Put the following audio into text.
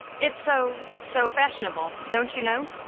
it's so so fashionable, don't you know?